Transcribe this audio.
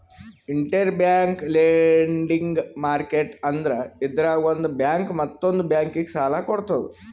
interbank lending market ಅಂದ್ರ ಇದ್ರಾಗ್ ಒಂದ್ ಬ್ಯಾಂಕ್ ಮತ್ತೊಂದ್ ಬ್ಯಾಂಕಿಗ್ ಸಾಲ ಕೊಡ್ತದ್